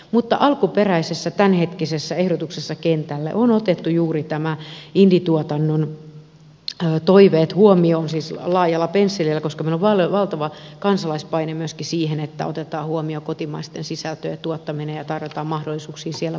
mutta alkuperäisessä tämänhetkisessä ehdotuksessa kentälle on otettu indie tuotannon toiveet huomioon siis laajalla pensselillä koska meillä on valtava kansalaispaine myöskin siihen että otetaan huomioon kotimaisten sisältöjen tuottaminen ja tarjotaan mahdollisuuksia sillä puolella